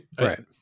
Right